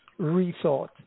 rethought